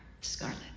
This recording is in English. Scarlet